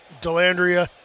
Delandria